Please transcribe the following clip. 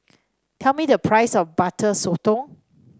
tell me the price of Butter Sotong